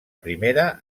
primera